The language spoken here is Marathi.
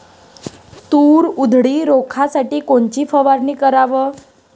तूर उधळी रोखासाठी कोनची फवारनी कराव?